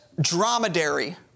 dromedary